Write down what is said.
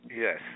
Yes